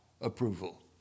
approval